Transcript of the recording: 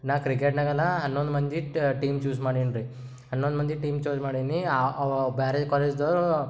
ನಾ ಕ್ರಿಕೆಟ್ನಾಗೆನ ಹನ್ನೊಂದು ಮಂದಿ ಟೀಮ್ ಚೂಸ್ ಮಾಡೀನ್ರಿ ಹನ್ನೊಂದು ಮಂದಿ ಟೀಮ್ ಚೂಸ್ ಮಾಡೀನಿ ಅವಾ ಬೇರೆ ಕಾಲೇಜ್ದವರು